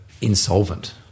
insolvent